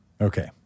Okay